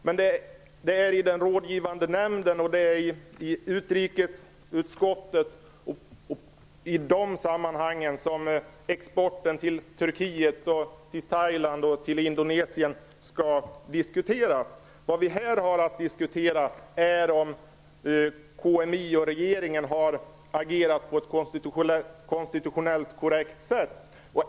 Men det är i den rådgivande nämnden och i utrikesutskottet som exporten till Turkiet, till Thailand och till Indonesien skall diskuteras. Vad vi här har att diskutera är om KMI och regeringen har agerat på ett konstitutionellt korrekt sätt.